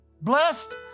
blessed